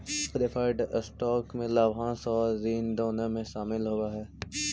preferred stock में लाभांश आउ ऋण दोनों ही शामिल होवऽ हई